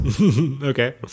Okay